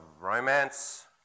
romance